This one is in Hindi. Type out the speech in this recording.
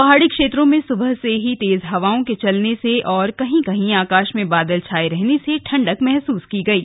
पहाड़ी क्षेत्रों में सुबह से ही तेज हवाओं के चलने और कहीं कहीं आकाश में बादल छाये रहने से ठंडक महसूस की गयी